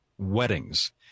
Weddings